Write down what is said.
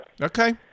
Okay